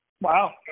wow